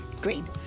green